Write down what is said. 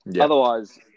Otherwise